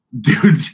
Dude